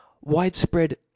Widespread